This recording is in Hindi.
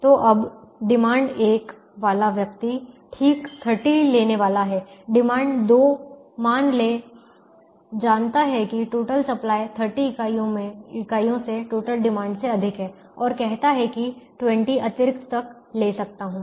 तो अब डिमांड 1 वाला व्यक्ति ठीक 30 लेने वाला है डिमांड 2 मान लें जानता है कि टोटल सप्लाई 30 इकाइयों से टोटल डिमांड से अधिक है और कहता है कि 20 अतिरिक्त तक ले सकता हूं